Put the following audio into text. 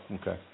okay